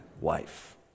wife